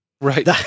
right